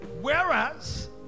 whereas